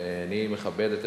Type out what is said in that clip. אני מכבד את עמדתך,